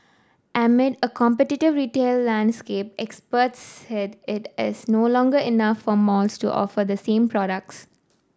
amid a competitive retail landscape experts said it as no longer enough for malls to offer the same products